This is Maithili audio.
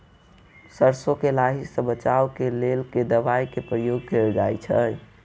सैरसो केँ लाही सऽ बचाब केँ लेल केँ दवाई केँ प्रयोग कैल जाएँ छैय?